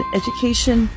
education